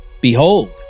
Behold